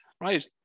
Right